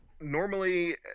Normally